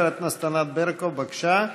חברת הכנסת ענת ברקו, בבקשה.